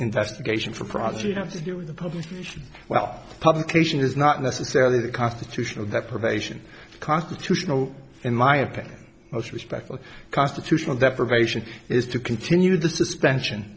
investigation for project have to do with the public well publication is not necessarily the constitutional deprivation constitutional in my opinion most respectful constitutional deprivation is to continue the suspension